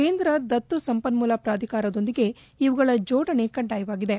ಕೇಂದ್ರ ದತ್ತು ಸಂಪನ್ನೂಲ ಪ್ರಾಧಿಕಾರದೊಂದಿಗೆ ಇವುಗಳ ಜೋಡಣೆ ಕಡ್ಡಾಯವಾಗಿದೆ